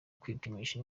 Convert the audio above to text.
kwipimisha